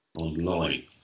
online